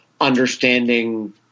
understanding